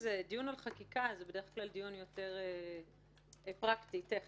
על חקיקה ובדרך כלל זהו דיון יותר פרקטי, טכני.